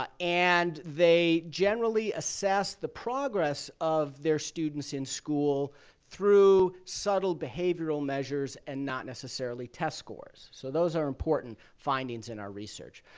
ah and they generally assess the progress of their students in school through subtle behavioral measures and not necessarily test scores. so those are important findings in our research.